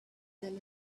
than